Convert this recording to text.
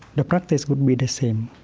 the practice would be the same.